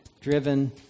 driven